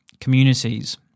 communities